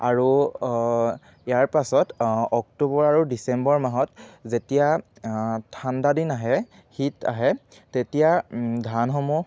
আৰু ইয়াৰ পাছত অক্টোবৰ আৰু ডিচেম্বৰ মাহত যেতিয়া ঠাণ্ডা দিন আহে শীত আহে তেতিয়া ধানসমূহ